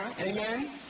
amen